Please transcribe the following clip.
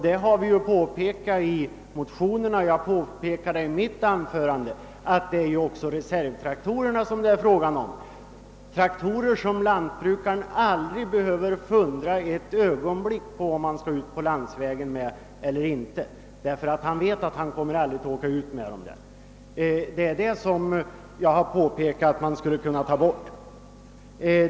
Det har påpekats i motionerna och jag har framhållit det i mitt anförande att det finns många lantbrukare som har reservtraktorer. Lantbrukaren behöver aldrig ens ett ögonblick fundera över om han skall ut med en sådan traktor på landsvägen eller inte. Han vet att han aldrig kommer att göra det.